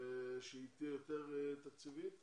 שהיא תהיה יותר תקציבית